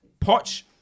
Poch